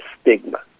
stigma